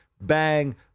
bang